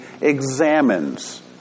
examines